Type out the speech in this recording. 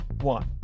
one